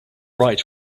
right